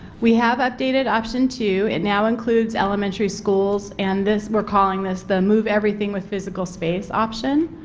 we have updated option two it now includes elementary schools and this, we are calling this the move everything with physical space option,